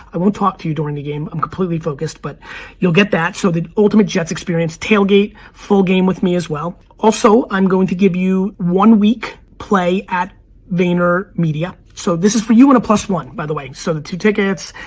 i won't talk to you during the game, i'm completely focused, but you'll get that. so, the ultimate jets experience, tailgate, full game with me as well. also, i'm going to give you one week play at vaynermedia. so, this is for you and a plus one, by the way, so the two tickets,